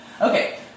Okay